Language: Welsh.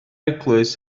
eglwys